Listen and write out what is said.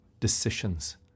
decisions